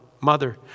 Mother